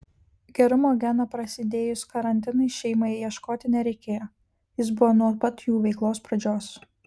gerumo geno prasidėjus karantinui šeimai ieškoti nereikėjo jis buvo nuo pat jų veiklos pradžios